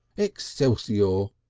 excelsior.